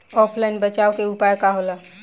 ऑफलाइनसे बचाव के उपाय का होला?